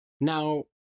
Now